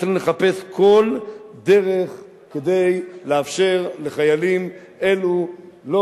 צריכים לחפש כל דרך כדי לאפשר לחיילים אלו לא